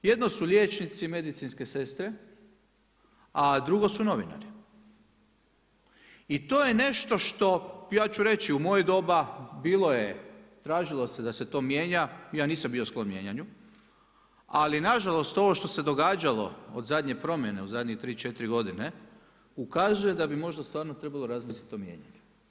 Jedno su liječnici, medicinske sestre, a drugo su novinari i to je nešto ja ću reći u moje doba bilo je tražilo se da se to mijenja, ja nisam bio sklon mijenjanju, ali nažalost ovo što se događalo od zadnje promjene u zadnjih 3,4 godine ukazuje da bi možda stvarno trebalo razmisliti o mijenjanju.